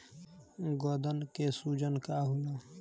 गदन के सूजन का होला?